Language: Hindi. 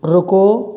रुको